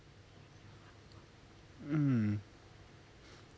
um